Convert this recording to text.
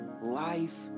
life